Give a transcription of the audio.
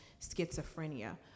schizophrenia